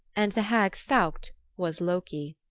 and the hag thaukt was loki.